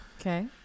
Okay